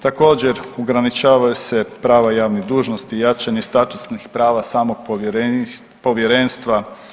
Također ograničavaju se prava javnih dužnosti, jačanje statusnih prava samog Povjerenstva.